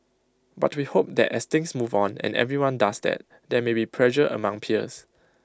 but we hope that as things move on and everyone does that there may be pressure among peers